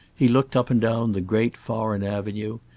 he looked up and down the great foreign avenue,